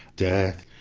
death,